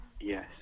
yes